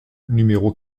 numéro